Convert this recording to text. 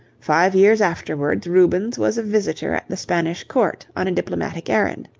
five years afterwards rubens was a visitor at the spanish court on a diplomatic errand.